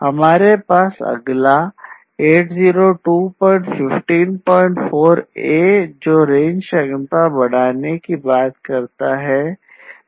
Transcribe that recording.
हमारे पास अगला है 802154a जो रेंज क्षमता बढ़ाने की बात करता है